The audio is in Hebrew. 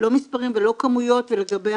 בניית תכנית אב לאומית בתחום